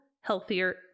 healthier